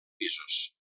pisos